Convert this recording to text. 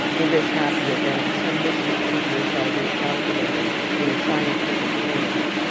in this happy event, some mystic figures are recalculated in scientific journals,